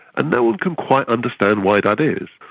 and no one can quite understand why that is.